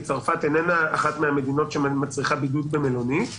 כי צרפת איננה אחת מהמדינות שמצריכות בידוד במלונית.